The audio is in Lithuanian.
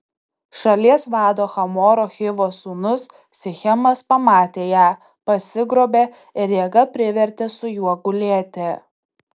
šalies vado hamoro hivo sūnus sichemas pamatė ją pasigrobė ir jėga privertė su juo gulėti